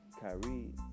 Kyrie